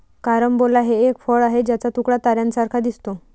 carambola हे एक फळ आहे ज्याचा तुकडा ताऱ्यांसारखा दिसतो